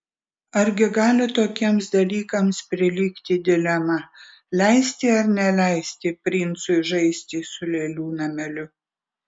argi gali tokiems dalykams prilygti dilema leisti ar neleisti princui žaisti su lėlių nameliu